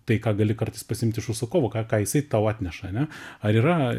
tai ką gali kartais pasiimt iš užsakovo ką ją jisai tau atneša ane ar yra